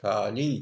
काली